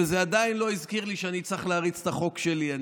וזה עדיין לא הזכיר לי שאני צריך להריץ את החוק שלי.